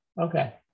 Okay